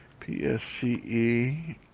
PSCE